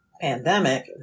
pandemic